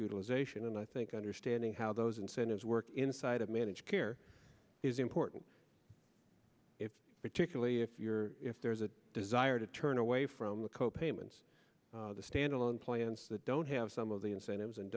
utilization and i think understanding how those incentives work inside of managed care is important if particularly if you're if there is a desire to turn away from the co payments the standalone plans that don't have some of the incentives and